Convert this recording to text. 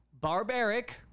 barbaric